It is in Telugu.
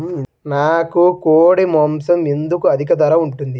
నాకు కోడి మాసం ఎందుకు అధిక ధర ఉంటుంది?